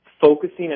focusing